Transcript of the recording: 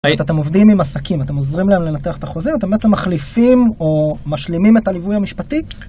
אתם עובדים עם עסקים, אתם עוזרים להם לנתח את החוזים, אתם בעצם מחליפים או משלימים את הליווי המשפטי?